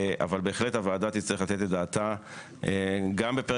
אבל בהחלט הוועדה תצטרך לתת את דעתה גם בפרק